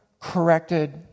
corrected